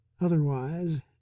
Otherwise